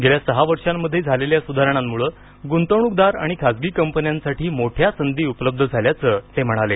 गेल्या सहा वर्षांमध्ये झालेल्या सुधारणांमुळं गूंतवणूकदार आणि खाजगी कंपन्यांसाठी मोठ्या संधी उपलब्ध झाल्याचं ते म्हणाले